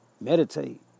Meditate